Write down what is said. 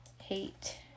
Hate